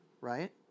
right